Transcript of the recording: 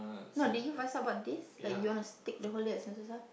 no but did you voice out about this like you want to stick the whole day at Sentosa